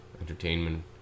entertainment